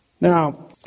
Now